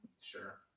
Sure